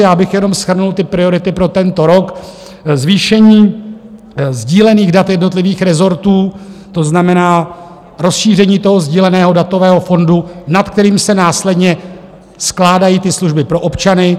Já bych jenom shrnul ty priority pro tento rok: zvýšení sdílených dat jednotlivých rezortů, to znamená rozšíření toho sdíleného datového fondu, nad kterým se následně skládají ty služby pro občany.